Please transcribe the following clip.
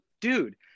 dude